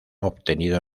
obtenido